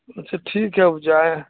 اچھا ٹھیک ہے اب جائیں